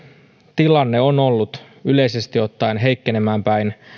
tilanne on ollut yleisesti ottaen heikkenemään päin